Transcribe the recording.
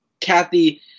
Kathy